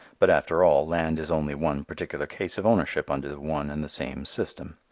but after all, land is only one particular case of ownership under the one and the same system.